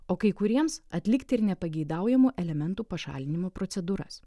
o kai kuriems atlikti ir nepageidaujamų elementų pašalinimo procedūras